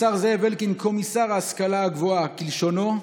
לשר זאב אלקין, "קומיסר ההשכלה הגבוהה", כלשונו,